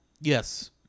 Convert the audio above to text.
Yes